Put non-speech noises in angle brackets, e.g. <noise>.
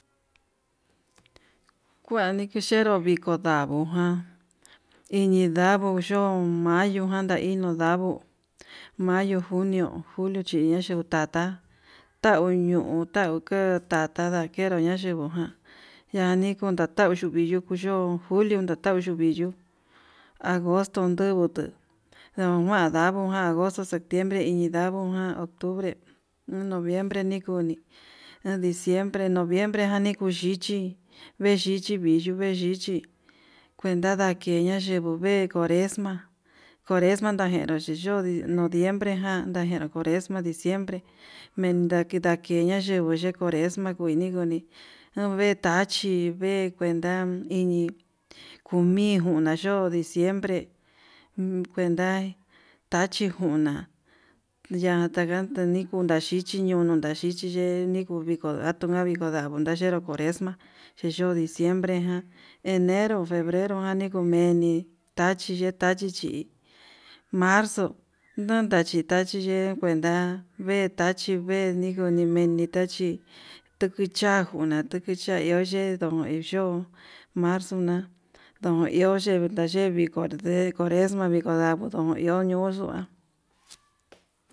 Kuani kuxhenro viko kondavuu jan iñi ndavuu chón, mayo jan yaiño ndavuu mayo, junio, julio chí naxhiu tata tauño tau ketata takenro ña'a yinguu ján yani kun tantau yuvi yukuyo julio tatau tuvii yuu agosto ndujutu ndujuan ndavajan agosto septiembre iñi ndaguu ján octubre noviembre nikuni, noviembre diciembre kuxhichi vexhichi yii yuvexhichi kuenta ndakeña yuu yevo'o vee cuaresma, cuaresma yuyeduu xhido'o noviembre jan ndakenuu cuaresma diciembre vendi dakeña ke'e vaxhi cuaresma kuii niguni nuu vee tachí ivee kuenta iñi umi juna yo'ó diciembre kuenta tachi nguna yatakan nduni kunaxhichi kuyuna xhichi chiye nikuviku ndakuda nakudaviko naye'e nró cuaresma chi yo'ó diciembre enero, febrero jan niku me'e meni tachi tachi xhi marzo nan tachi tachi ye'e nda vee tachi vee ninguo kuani meni tachi tukucha nguna tukuicha iho yedun nuyo'ó marzuna, nuu iho yu <hesitation> yee viko de cuaresma viko ndavuu no iho xhua.